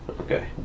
Okay